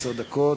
עשר דקות,